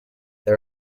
they